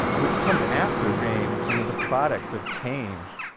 which comes after rain and is a product of change,